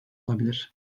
olabilir